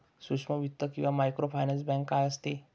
सूक्ष्म वित्त किंवा मायक्रोफायनान्स बँक काय असते?